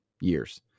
years